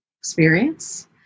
experience